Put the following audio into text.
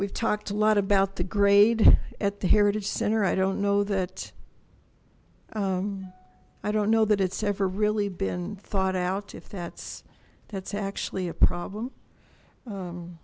we've talked a lot about the grade at the heritage center i don't know that i don't know that it's ever really been thought out if that's that's actually a problem